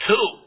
Two